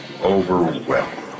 overwhelmed